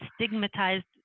stigmatized